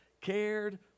cared